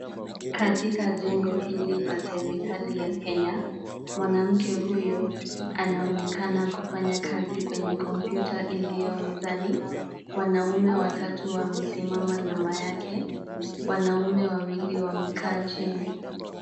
Katika jengo hili la serikali ya kenya, mwanamke huyu anaonekana kufanya kazi kwenye kompyuta iliyo mezani. Wanaume watatu wamesimama nyuma yake. Wanaume wawili wamekaa chini.